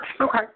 Okay